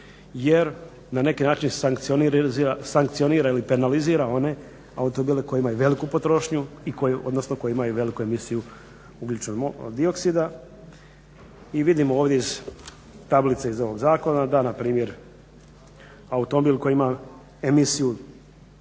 jer na neki način ovaj sankcionira ili penalizira one automobile koji imaju veliku potrošnju i koji imaju veliku emisiju ugljičnog dioksida i vidimo ovdje iz tablice iz ovog zakona da npr. automobil koji ima emisiju